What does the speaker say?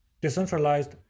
decentralized